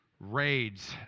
raids